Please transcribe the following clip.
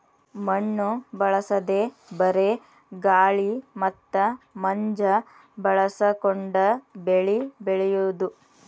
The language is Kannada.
ಮಣ್ಣು ಬಳಸದೇ ಬರೇ ಗಾಳಿ ಮತ್ತ ಮಂಜ ಬಳಸಕೊಂಡ ಬೆಳಿ ಬೆಳಿಯುದು